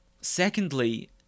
Secondly